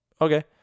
okay